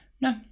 No